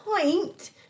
point